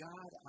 God